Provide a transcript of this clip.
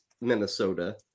Minnesota